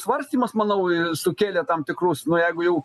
svarstymas manau sukėlė tam tikrus na jeigu jau